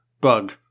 bug